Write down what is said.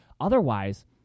Otherwise